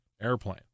airplane